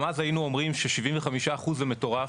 גם אז היינו אומרים ש-75% זה מטורף,